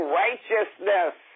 righteousness